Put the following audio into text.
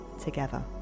together